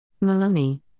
Maloney